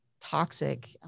toxic